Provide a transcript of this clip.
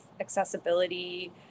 accessibility